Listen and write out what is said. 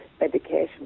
medication